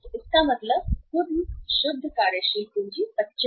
तो इसका मतलब है कुल शुद्ध कार्यशील पूंजी 25